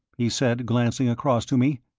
he said, glancing across to me.